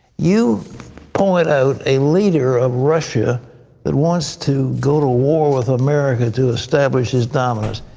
you point out a leader of russia that wants to go to war with america to establish his dominance.